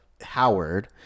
howard